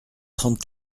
trente